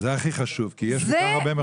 זה הכי חשוב כי יש כל כך הרבה מכונים.